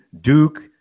Duke